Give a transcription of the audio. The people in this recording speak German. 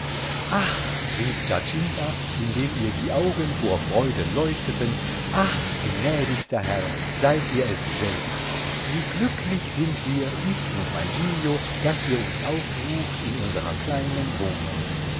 ach rief giacinta indem ihr die augen vor freude leuchteten ach gnädigster herr seid ihr es selbst wie glücklich sind wir ich und mein giglio daß ihr uns aufsucht in unserer kleinen wohnung